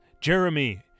Jeremy